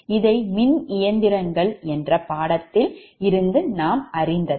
இதை மின்இயந்திரங்கள் என்ற பாடத்தில் இருந்து நாம்அறிந்ததே